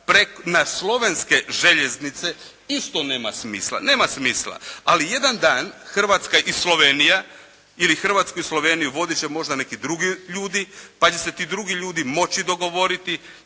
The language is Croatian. na slovenske željeznice isto nema smisla. Nema smisla, ali jedan dan Hrvatska i Slovenija ili Hrvatsku i Sloveniju vodit će možda neki drugi ljudi, pa će se ti drugi ljudi moći dogovoriti